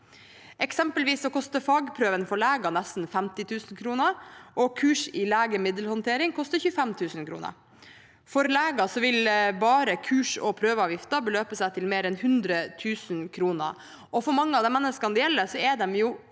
Eksempelvis koster fagprøven for leger nesten 50 000 kr, og kurs i legemiddelhåndtering koster 25 000 kr. For leger vil bare kurs- og prøveavgifter beløpe seg til mer enn 100 000 kr. Mange av de menneskene det gjelder, er